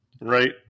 Right